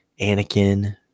anakin